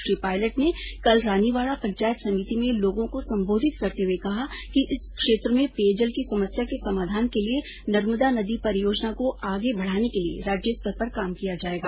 श्री पायलट ने कल रानीवाडा पंचायत समिति में लोगों को संबोधित करते हुए कहा कि इस क्षेत्र में पेयजल की समस्या के समाधान के लिये नर्मदा नदी परियोजना को आगे बढाने के लिये राज्य स्तर पर काम किया जायेगा